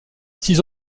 six